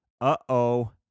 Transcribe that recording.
uh-oh